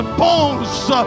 bones